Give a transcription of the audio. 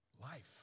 life